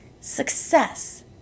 success